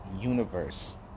universe